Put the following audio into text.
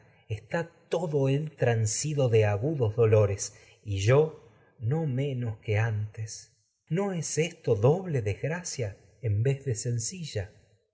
está yorno vez él transido de agudos dolores y menos que antes no es esto doble desgracia y en de sencilla